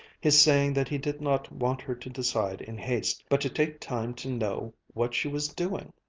his saying that he did not want her to decide in haste, but to take time to know what she was doing!